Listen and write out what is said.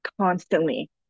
constantly